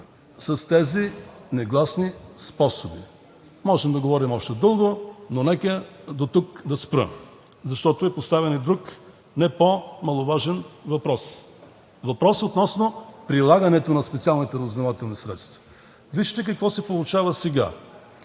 с тези негласни способи. Можем да говорим още дълго, но нека дотук да спра, защото е поставен и друг не по-маловажен въпрос – въпрос относно прилагането на специалните разузнавателни средства. Вижте какво се получава сега.